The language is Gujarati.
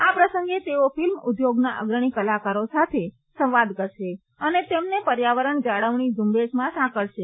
આ પ્રસંગે તેઓ ફિલ્મ ઉદ્યોગના અગ્રણી કલાકારો સાથે સંવાદ કરશે અને તેમને પર્યાવરણ જાળવણી ઝુંબેશમાં સાંકળશે